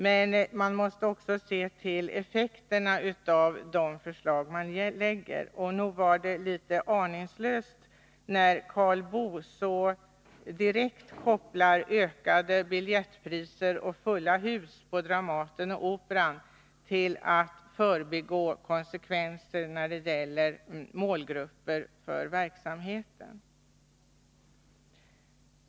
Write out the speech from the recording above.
Men man måste också se till effekterna av de förslag man lägger. Nog var det litet aningslöst när Karl Boo talade om biljettpriser och fulla hus på Dramaten och Operan och förbigick konsekvenserna när det gäller målgrupper för verksamheten.